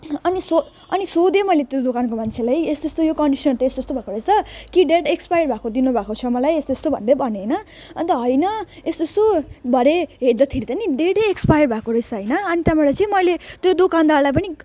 अनि सो अनि सोधेँ मैले त्यो दोकानको मान्छेलाई यस्तो यस्तो यो कन्डिसनर त यस्तो यस्तो भएको रहेछ कि डेट एक्सपायर भएको दिनु भएको छ मलाई यस्तो यस्तो भन्दै भने होइन अन्त होइन यस्तो यस्तो भरे हेर्दाखेरि त नि डेटै एक्सपायर भएको रहेछ होइन अनि त्यहाँबाट चाहिँ मैले त्यो दोकानदारलाई पनि